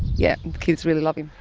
yeah kids really love him.